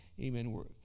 amen